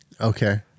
Okay